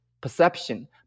perception